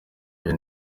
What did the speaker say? ibi